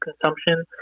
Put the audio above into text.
consumption